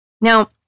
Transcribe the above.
Now